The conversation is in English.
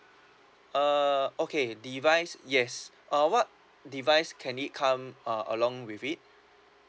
uh okay device yes uh what device can it come uh along with it